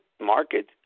market